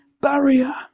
barrier